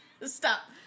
Stop